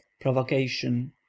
Provocation